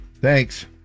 Thanks